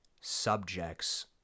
subjects